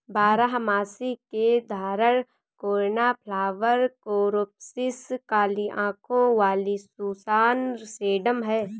बारहमासी के उदाहरण कोर्नफ्लॉवर, कोरॉप्सिस, काली आंखों वाली सुसान, सेडम हैं